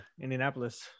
Indianapolis